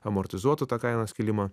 amortizuotų tą kainos kilimą